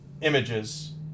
images